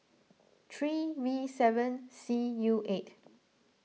three V seven C U eight